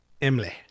emily